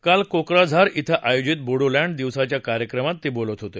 काल कोक्राझार शि आयोजित बोडोलॅंड दिवसाच्या कार्यक्रमात ते बोलत होते